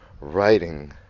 writing